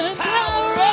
power